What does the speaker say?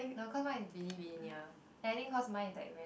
no cause mine is really really near and I think cause mine is like very